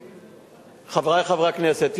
חברי חברי הכנסת,